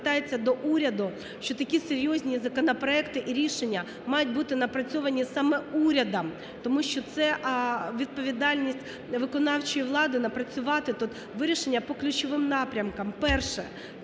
звертається до уряду, що такі серйозні законопроекти і рішення мають бути напрацьовані саме урядом. Тому що це відповідальність виконавчої влади напрацювати тут вирішення по ключовим напрямкам: перше